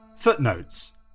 Footnotes